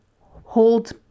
hold